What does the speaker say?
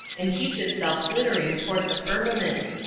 and heaped itself glittering toward the firmament.